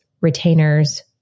retainers